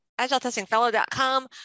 agiletestingfellow.com